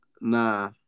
Nah